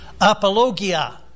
apologia